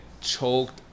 choked